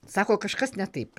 sako kažkas ne taip